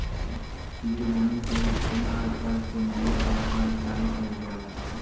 seed money के इस्तमाल कर के नया व्यापार चालू कइल जाला